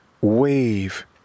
wave